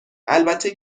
البته